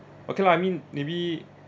okay lah I mean maybe